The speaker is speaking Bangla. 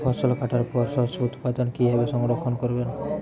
ফসল কাটার পর শস্য উৎপাদন কিভাবে সংরক্ষণ করবেন?